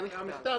היה מכתב.